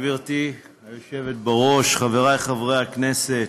גברתי היושבת בראש, חבריי חברי הכנסת,